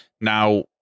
Now